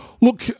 Look